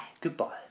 Goodbye